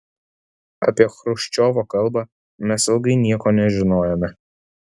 apie chruščiovo kalbą mes ilgai nieko nežinojome